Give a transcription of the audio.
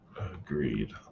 Agreed